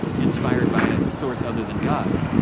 inspired by a source other than god,